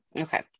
Okay